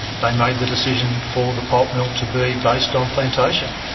they made the decision for the pulp mill to be based on plantation,